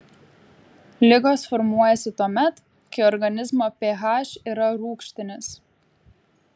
ligos formuojasi tuomet kai organizmo ph yra rūgštinis